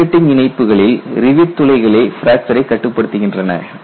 riveting இணைப்புகளில் rivet துளைகளே பிராக்சரை கட்டுப்படுத்துகின்றன